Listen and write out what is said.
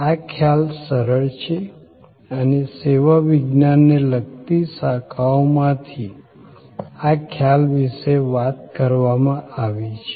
આ ખ્યાલ સરળ છે અને સેવા વિજ્ઞાનને લગતી શાખાઓમાંથી આ ખ્યાલ વિશે વાત કરવામાં આવી છે